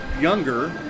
younger